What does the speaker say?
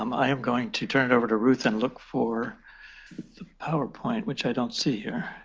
um i am going to turn it over to ruth and look for the powerpoint, which i don't see here.